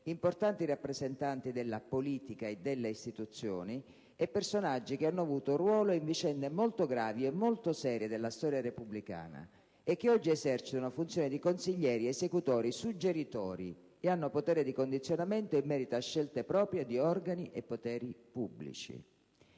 importanti rappresentanti della politica e delle istituzioni e personaggi che hanno avuto ruolo in vicende molto gravi e molto serie della storia repubblicana e che oggi esercitano funzioni di consiglieri, esecutori, suggeritori e hanno potere di condizionamento in merito a scelte proprie di organi e poteri pubblici.